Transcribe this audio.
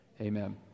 Amen